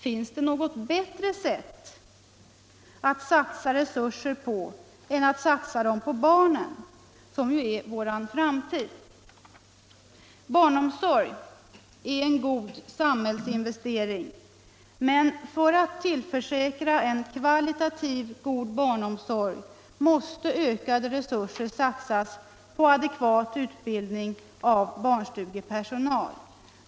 Finns det något bättre sätt att satsa resurser på än att satsa dem på barnen, som ju är vår framtid? Barnomsorg är en god samhällsinvestering, men för att den skall tillförsäkras god kvalitet måste ökade resurser satsas på adekvat utbildning av barnstugepersonal.